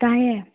ꯇꯥꯏꯑꯦ